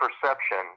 perception